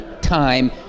time